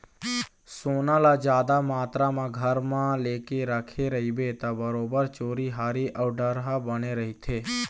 सोना ल जादा मातरा म घर म लेके रखे रहिबे ता बरोबर चोरी हारी अउ डर ह बने रहिथे